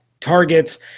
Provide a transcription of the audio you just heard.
Targets